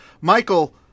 Michael